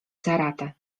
ceratę